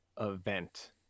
event